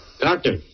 Doctor